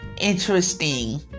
interesting